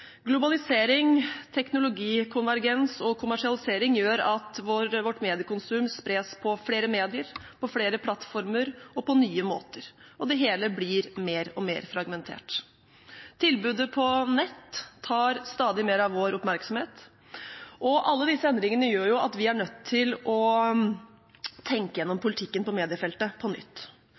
Globalisering, teknologi, konvergens og kommersialisering gjør at vårt mediekonsum spres på flere medier, på flere plattformer og på nye måter, og det hele blir mer og mer fragmentert. Tilbudet på nett tar stadig mer av vår oppmerksomhet, og alle disse endringene gjør at vi er nødt til å tenke gjennom politikken på mediefeltet på nytt.